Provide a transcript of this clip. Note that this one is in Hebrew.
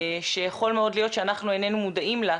שיכול מאוד להיות שאנחנו איננו מודעים לה,